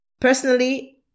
Personally